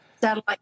satellite